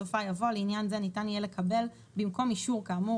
בסופה יבוא "לעניין זה ניתן יהיה לקבל במקום אישור כאמור